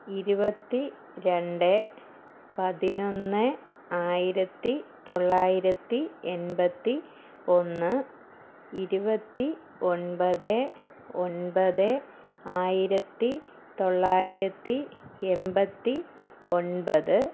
ഇരുപത്തി രണ്ട് പതിനൊന്ന് ആയിരത്തിത്തൊള്ളായിരത്തി എൺപത്തി ഒന്ന് ഇരുപത്തി ഒൻപത് ഒൻപത് ആയിരത്തിത്തൊള്ളായിരത്തി എൺപത്തി ഒൻപത്